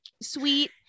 sweet